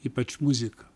ypač muzika